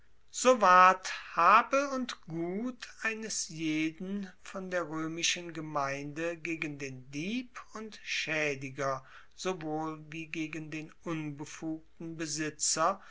so ward habe und gut eines jeden von der roemischen gemeinde gegen den dieb und schaediger sowohl wie gegen den unbefugten besitzer